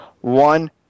One